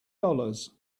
dollars